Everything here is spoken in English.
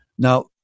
Now